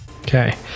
okay